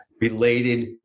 related